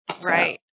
Right